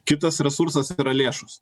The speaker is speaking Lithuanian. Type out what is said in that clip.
kitas resursas yra lėšos